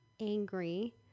angry